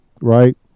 right